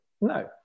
No